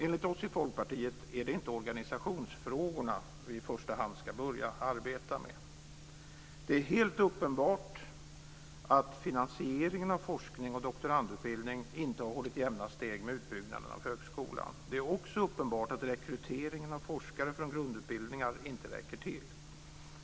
Enligt oss i Folkpartiet är det inte organisationsfrågorna som vi i första hand ska börja arbeta med. Det är helt uppenbart att finansieringen av forskning och doktorandutbildning inte hållit jämna steg med utbyggnaden av högskolan. Det är också uppenbart att rekryteringen av forskare från grundutbildningar inte räcker till.